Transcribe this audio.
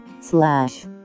slash